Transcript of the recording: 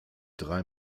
drei